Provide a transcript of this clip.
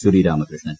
Sreeramakrishnan